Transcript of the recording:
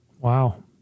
Wow